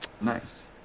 Nice